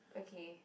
okay